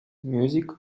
music